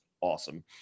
awesome